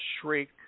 shriek